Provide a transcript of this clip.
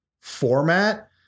format